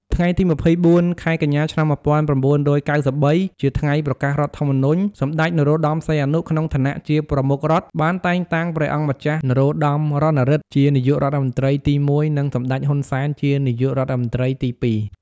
ថ្ងៃទី២៤ ខែកញ្ញា ឆ្នាំ១៩៩៣ ជាថ្ងៃប្រកាសរដ្ឋធម្មនុញ្ញ សម្តេច នរោត្តម សីហនុ ក្នុងឋានៈជាប្រមុខរដ្ឋ បានតែងតាំងព្រះអង្គម្ចាស់ នរោត្តម រណឫទ្ធិ ជានាយករដ្ឋមន្ត្រីទី១ និងសម្តេច ហ៊ុន សែន ជានាយករដ្ឋមន្ត្រីទី២។